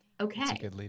okay